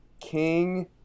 King